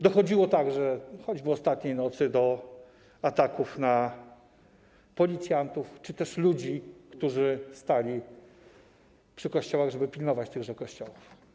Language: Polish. Dochodziło także, choćby ostatniej nocy, do ataków na policjantów czy też ludzi, którzy stali przy kościołach, żeby pilnować tychże kościołów.